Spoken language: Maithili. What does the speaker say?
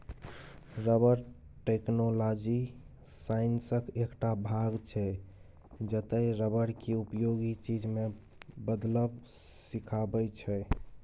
रबर टैक्नोलॉजी साइंसक एकटा भाग छै जतय रबर केँ उपयोगी चीज मे बदलब सीखाबै छै